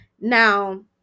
now